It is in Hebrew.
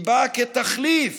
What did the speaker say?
היא באה כתחליף